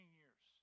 years